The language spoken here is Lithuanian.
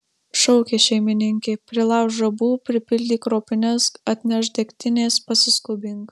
šaukė šeimininkė prilaužk žabų pripildyk ropines atnešk degtinės pasiskubink